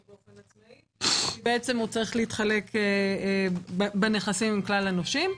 עצמאית כי הוא צריך להתחלק בנכסים עם כלל הנושים.